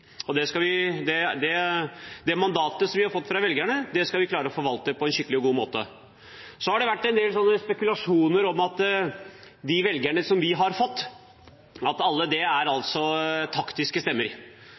Det mandatet vi har fått fra velgerne, skal vi klare å forvalte på en skikkelig og god måte. Det har vært en del spekulasjoner om at det blant velgerne våre er noen som har gitt taktiske stemmer. Jeg tror ikke det finnes så mange taktiske stemmer. Grunnfjellet i